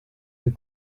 des